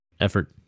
effort